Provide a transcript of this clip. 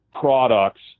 products